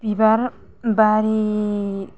बिबार बारि